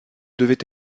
devait